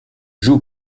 joue